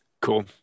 Cool